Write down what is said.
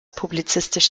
publizistisch